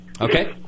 Okay